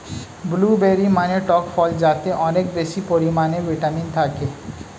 blueberry মানে টক ফল যাতে অনেক বেশি পরিমাণে ভিটামিন থাকে